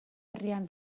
herrian